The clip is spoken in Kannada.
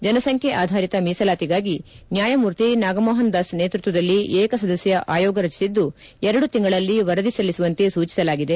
ಜನಸಂಖ್ಯೆ ಆಧಾರಿತ ಮೀಸಲಾತಿಗಾಗಿ ನ್ಯಾಯಮೂರ್ತಿ ನಾಗಮೋಹನ್ ದಾಸ್ ನೇತೃತ್ವದಲ್ಲಿ ಏಕ ಸದಸ್ಯ ಆಯೋಗ ರಚಿಸಿದ್ದು ಎರದು ತಿಂಗಳಲ್ಲಿ ವರದಿ ಸಲ್ಲಿಸುವಂತೆ ಸೂಚಿಸಲಾಗಿದೆ